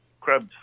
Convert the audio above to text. Crabs